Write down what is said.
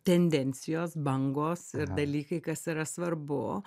tendencijos bangos ir dalykai kas yra svarbu